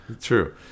True